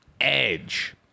Edge